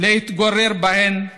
להתגורר בהן.